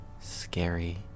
scary